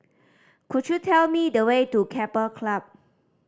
could you tell me the way to Keppel Club